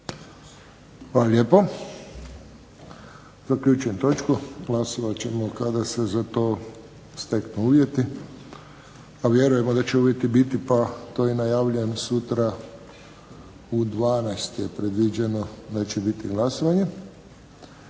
lijepo. Zaključujem točku, glasovat ćemo kada se za to steknu uvjeti, a vjerujemo da će uvjeti biti pa to i najavljujem sutra u 12,00 je predviđeno da će biti glasovanje.